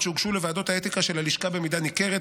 שהוגשו לוועדות האתיקה של הלשכה במידה ניכרת,